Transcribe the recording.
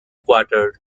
quartered